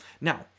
Now